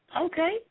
Okay